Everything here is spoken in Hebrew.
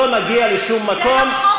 לא נגיע לשום מקום,